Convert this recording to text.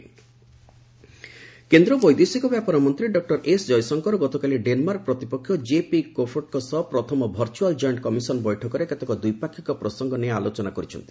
S Jaishankar କେନ୍ଦ୍ର ବୈଦେଶିକ ବ୍ୟାପାର ମନ୍ତ୍ରୀ ଡକ୍ଟର ଏସ୍ ଜୟଶଙ୍କର ଗତକାଲି ଡେନମାର୍କ ପ୍ରତିପକ୍ଷ କେପି କୋଫଡଙ୍କ ସହ ପ୍ରଥମ ଭର୍ଚ୍ଚଆଲ୍ ଜଏଣ୍ଟ କମିଶନ ବୈଠକରେ କେତେକ ଦ୍ୱିପାକ୍ଷିକ ପ୍ରସଙ୍ଗ ନେଇ ଆଲୋଚନା କରିଛନ୍ତି